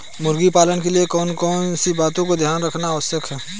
मुर्गी पालन के लिए कौन कौन सी बातों का ध्यान रखना आवश्यक है?